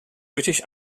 british